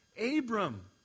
Abram